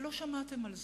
אבל לא שמעתם על זה.